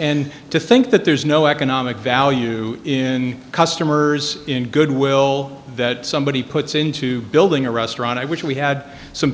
and to think that there's no economic value in customers in goodwill that somebody puts into building a restaurant i wish we had some